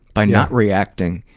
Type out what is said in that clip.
by not reacting,